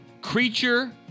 Creature